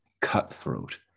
cutthroat